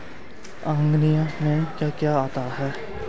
Organic में क्या क्या आता है?